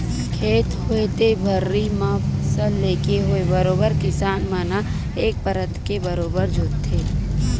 खेत होवय ते भर्री म फसल लेके होवय बरोबर किसान मन ह एक परत के बरोबर जोंतथे